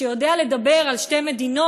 שיודע לדבר על שתי מדינות,